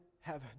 heaven